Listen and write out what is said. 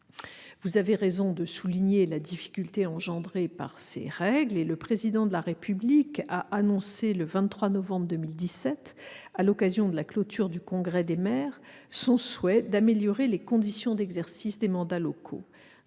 Vous avez raison de souligner la difficulté engendrée par ces règles. Le Président de la République a annoncé, le 23 novembre 2017, à l'occasion de la clôture du Congrès des maires, son souhait d'améliorer les conditions d'exercice des mandats locaux.